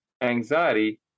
anxiety